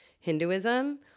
Hinduism